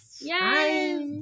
Yes